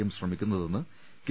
M ശ്രമിക്കുന്നതെന്ന് K